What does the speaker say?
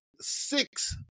six